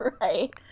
Right